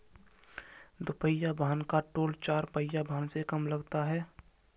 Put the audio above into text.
दुपहिया वाहन का टोल चार पहिया वाहन से कम लगता है